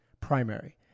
primary